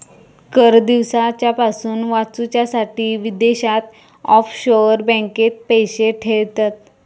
कर दिवच्यापासून वाचूच्यासाठी विदेशात ऑफशोअर बँकेत पैशे ठेयतत